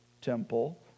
temple